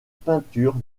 peinture